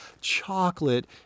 chocolate